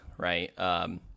Right